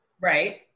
right